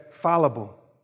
fallible